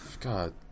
God